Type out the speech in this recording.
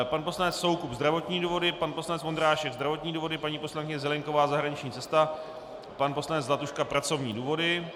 Pan poslanec Soukup zdravotní důvody, pan poslanec Vondrášek zdravotní důvody, paní poslankyně Zelienková zahraniční cesta, pan poslanec Zlatuška pracovní důvody.